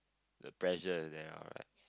the pressure is there uh right